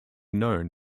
known